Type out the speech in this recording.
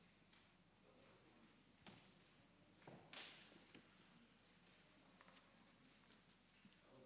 תודה